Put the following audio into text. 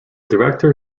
director